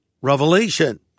Revelation